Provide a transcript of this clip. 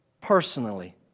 personally